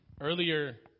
Earlier